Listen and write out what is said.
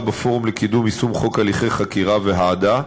בפורום לקידום יישום חוק הליכי חקירה והעדה.